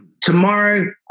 Tomorrow